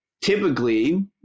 Typically